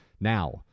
now